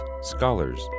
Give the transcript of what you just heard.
scholars